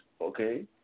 okay